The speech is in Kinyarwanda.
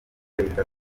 perezida